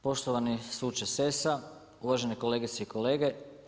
Poštovani suče Sessa, uvažene kolegice i kolege.